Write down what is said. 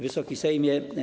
Wysoki Sejmie!